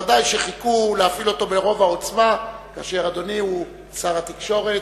ודאי שחיכו להפעיל אותו ברוב העוצמה כאשר אדוני הוא שר התקשורת,